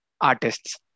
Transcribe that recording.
artists